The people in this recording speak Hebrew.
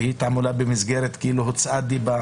שהיא תעמולה במסגרת הוצאת דיבה